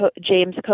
James